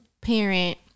parent